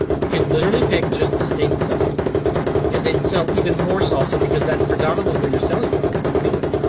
you can literally pick just the state itself and then sell even more salsa because that's predominately where you're selling from to begin with.